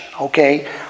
okay